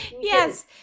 Yes